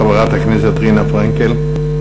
חברת הכנסת רינה פרנקל.